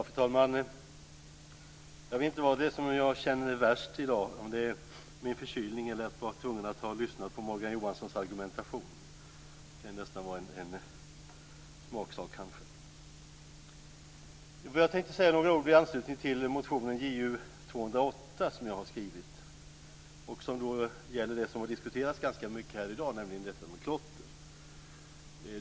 Fru talman! Jag vet inte vad det är som jag känner värst i dag, om det är min förkylning eller att ha varit tvungen att lyssna på Morgan Johanssons argumentation. Det kan vara en smaksak. Jag tänkte säga några ord i anslutning till motion Ju208 som jag har skrivit och som gäller det som har diskuterats ganska mycket här i dag, nämligen klotter.